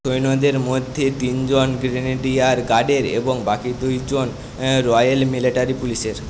সৈন্যদের মধ্যে তিনজন গ্রেনেডিয়ার গার্ডের এবং বাকি দুইজন রয়্যাল মিলিটারি পুলিশের